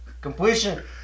completion